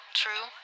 true